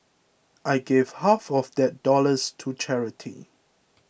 I gave half of that dollars to charity